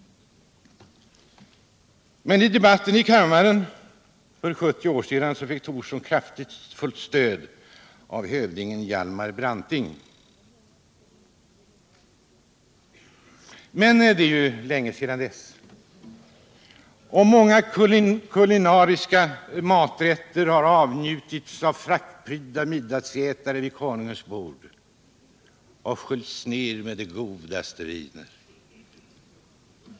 I debatten i kammaren för 70 år sedan fick Thorsson kraftigt stöd av hövdingen Hjalmar Branting. Men det är ju länge sedan dess — och många kulinariska maträtter har avnjutits av frackprydda middagsätare vid Konungens bord och sköljts ned med de godaste viner.